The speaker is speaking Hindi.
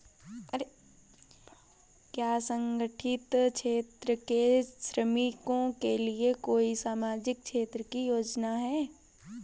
क्या असंगठित क्षेत्र के श्रमिकों के लिए कोई सामाजिक क्षेत्र की योजना है?